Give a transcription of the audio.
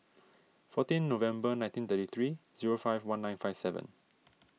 fourteen November nineteen thirty three zero five one nine five seven